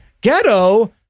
ghetto